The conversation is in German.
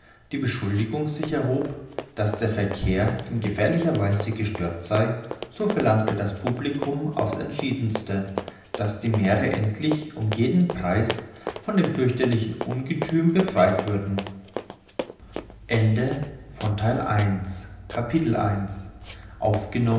die beschuldigung sich erhob daß der verkehr in gefährlicher weise gestört sei so verlangte das publicum auf's entschiedenste daß die meere endlich um jeden preis von dem fürchterlichen ungethüm befreit würden